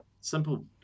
simple